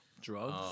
drugs